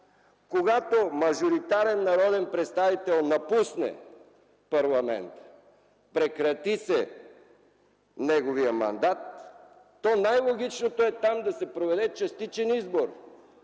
Когато мажоритарен народен представител напусне парламента, прекрати се неговият мандат, то най-логичното е там да се проведе частичен избор.